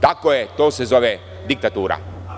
Tako je, to se zove diktatura.